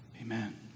Amen